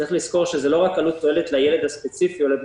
צריך לזכור שזה לא רק עלות תועלת לילד הספציפי או לבני